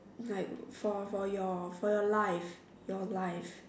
like for for your for your life your life